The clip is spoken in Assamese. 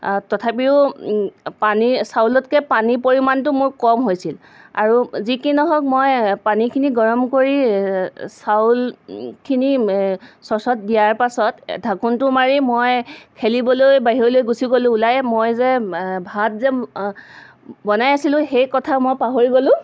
তথাপিও পানী চাউলতকৈ পানীৰ পৰিমাণটো মোৰ কম হৈছিল আৰু যি কি নহওক মই পানীখিনি গৰম কৰি চাউলখিনি চচত দিয়াৰ পাছত ঢাকোনটো মাৰি মই খেলিবলৈ বাহিৰলৈ গুছি গ'লো ওলাই মই যে ভাত যে বনাই আছিলোঁ সেই কথাও মই পাহৰি গ'লোঁ